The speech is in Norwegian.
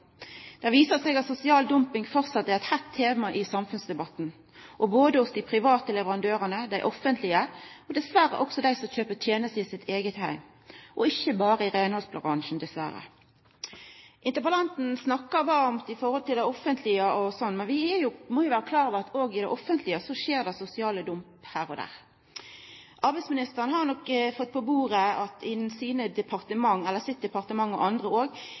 Det viser seg at sosial dumping framleis er eit heitt tema i samfunnsdebatten. Dette skjer både hos dei private leverandørane, hos dei offentlege, og dessverre også blant dei som kjøper tenester i sin eigen heim – altså ikkje berre i reinhaldsbransjen. Dessverre. Interpellanten snakkar varmt når det gjeld det offentlege, men vi må jo vera klar over at det også i det offentlege skjer sosial dumping her og der. Arbeidsministeren har nok fått på bordet i sitt departement saker der det har blitt vist til at det er ei stygg utvikling når det gjeld lang arbeidstid og